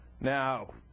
Now